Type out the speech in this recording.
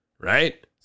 Right